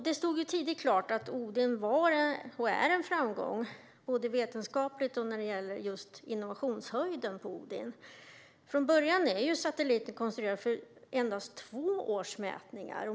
Det stod tidigt klart att Odin var en framgång, både vetenskapligt och beträffande innovationshöjden, och det är den fortfarande. Från början är satelliten konstruerad för endast två års mätningar.